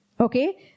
okay